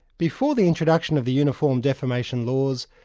before the introduction of the uniform defamation laws,